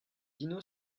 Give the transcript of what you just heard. dino